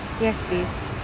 yes please